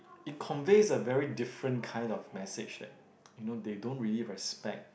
it convey a very different kind of message that you know they don't really respect